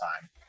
time